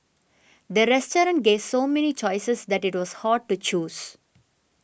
the restaurant gave so many choices that it was hard to choose